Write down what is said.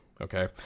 Okay